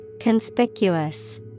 Conspicuous